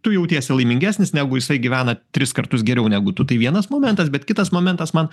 tu jautiesi laimingesnis negu jisai gyvena tris kartus geriau negu tu tai vienas momentas bet kitas momentas man